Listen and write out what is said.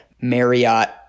Marriott